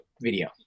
video